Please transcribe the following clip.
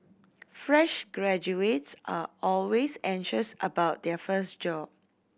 fresh graduates are always anxious about their first job